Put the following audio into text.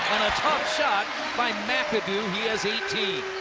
tough shot by mcadoo. he has eighteen.